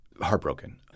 heartbroken